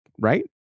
right